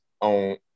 on